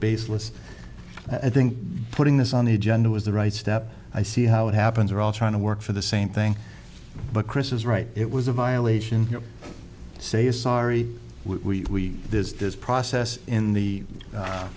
baseless i think putting this on the agenda was the right step i see how it happens are all trying to work for the same thing but chris is right it was a violation you say sorry we there's this process in the